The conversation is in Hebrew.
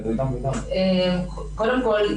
קודם כל,